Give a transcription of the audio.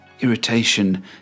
Irritation